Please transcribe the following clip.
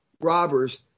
robbers